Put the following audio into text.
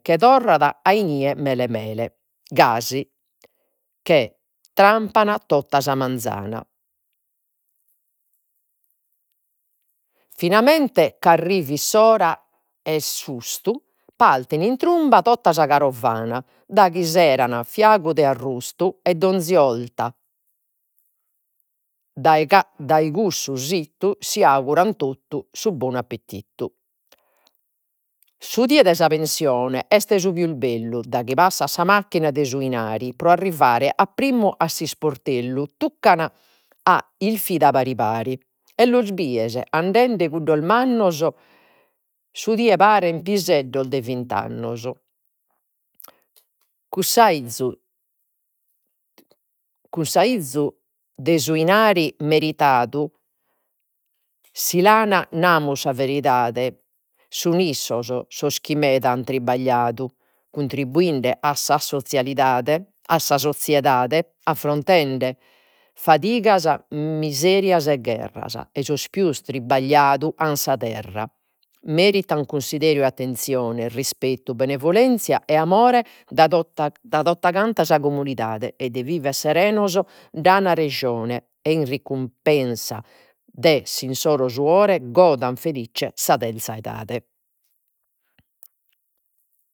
Che torrat a inie mele mele. Gasi trampan tota sa manzana, finamente chi arrivit s'ora 'e s'ustu, partin in trumba totta sa carovana daghi seran fiagu de arrustu. E d'onzi 'orta dai cussu situ si auguran, totu su bonu appittitu. Su die de sa pensione est su pius bellu daghi passat sa macchina de su inari, pro arrivire a primmu a s'isportellu tuccan a isfida, pari pari, e los bies andende cuddos mannos, su die paren piseddos de vint'annos. cussu aizzu de su inari meritadu, si lu an, namus sa veridade, sun issos sos chi meda an tribagliadu contribuende a sa soziedade affrontende fadigas, miserias e gherras, ei sos pius tribagliadu an sa terra. Meritan cunsideru e attenzione, rispettu, benevolenzia e amore dae tota canta sa comunidade e de viver serenos nd'an rajone e in recumpensa de s'insoro suore, godant felizze sa terza edade.